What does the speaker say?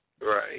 Right